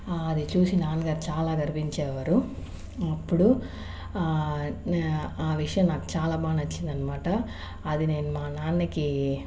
అది చూసి నాన్నగారు చాలా గర్వించేవారు అప్పుడు ఆ విషయం నాకు చాలా బాగా నచ్చింది అనమాట అది నేను మా నాన్నకి